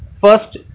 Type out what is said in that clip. First